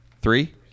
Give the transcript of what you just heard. Three